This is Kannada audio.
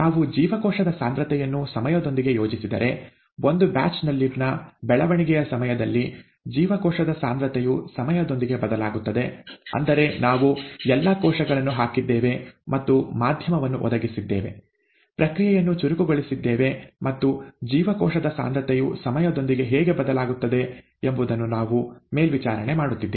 ನಾವು ಜೀವಕೋಶದ ಸಾಂದ್ರತೆಯನ್ನು ಸಮಯದೊಂದಿಗೆ ಯೋಜಿಸಿದರೆ ಒಂದು ಬ್ಯಾಚ್ ನಲ್ಲಿನ ಬೆಳವಣಿಗೆಯ ಸಮಯದಲ್ಲಿ ಜೀವಕೋಶದ ಸಾಂದ್ರತೆಯು ಸಮಯದೊಂದಿಗೆ ಬದಲಾಗುತ್ತದೆ ಅಂದರೆ ನಾವು ಎಲ್ಲಾ ಕೋಶಗಳನ್ನು ಹಾಕಿದ್ದೇವೆ ಮತ್ತು ಮಾಧ್ಯಮವನ್ನು ಒದಗಿಸಿದ್ದೇವೆ ಪ್ರಕ್ರಿಯೆಯನ್ನು ಚಳಕುಗೊಳಿಸಿದ್ದೇವೆ ಮತ್ತು ಜೀವಕೋಶದ ಸಾಂದ್ರತೆಯು ಸಮಯದೊಂದಿಗೆ ಹೇಗೆ ಬದಲಾಗುತ್ತದೆ ಎಂಬುದನ್ನು ನಾವು ಮೇಲ್ವಿಚಾರಣೆ ಮಾಡುತ್ತಿದ್ದೇವೆ